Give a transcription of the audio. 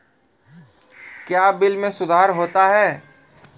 क्या बिल मे सुधार होता हैं?